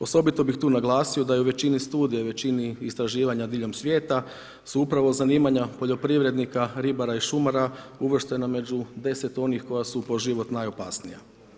Osobito bi tu naglasio da je u većini studija i većini istraživanja diljem svijeta su upravo zanimanja poljoprivrednika, ribara i šumara uvrštena među 10 onih koja su po život najopasnija.